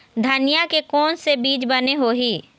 धनिया के कोन से बीज बने होही?